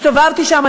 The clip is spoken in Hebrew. הסתובבתי שם.